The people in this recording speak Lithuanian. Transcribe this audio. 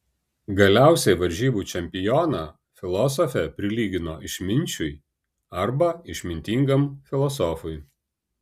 galiausiai varžybų čempioną filosofė prilygino išminčiui arba išmintingam filosofui